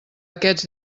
aquests